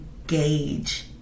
engage